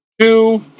two